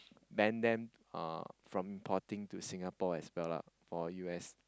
ban them uh from importing to Singapore as well lah for U_S